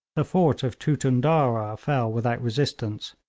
the fort of tootundurrah fell without resistance.